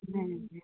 হুম